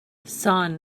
sun